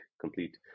complete